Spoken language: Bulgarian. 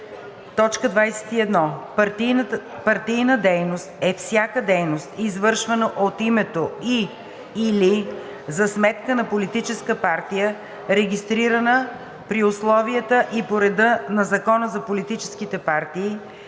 и 22: „21. „Партийна дейност“ е всяка дейност, извършвана от името и/или за сметка на политическа партия, регистрирана при условията и по реда на Закона за политическите партии,